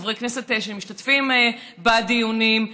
חברי כנסת שמשתתפים בדיונים.